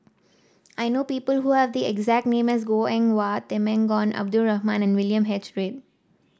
I know people who have the exact name as Goh Eng Wah Temenggong Abdul Rahman and William H Read